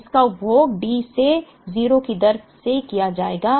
इसका उपभोग D से 0 की दर से किया जाएगा